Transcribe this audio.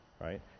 right